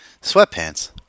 Sweatpants